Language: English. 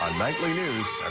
um nightly news.